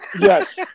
yes